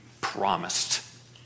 promised